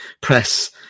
press